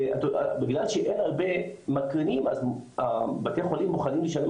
ובגלל שאין הרבה מקרינים אז בתי החולים מוכנים לשלם